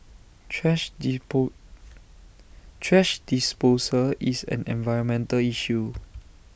thrash thrash disposal is an environmental issue